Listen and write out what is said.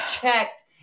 checked